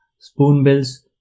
spoonbills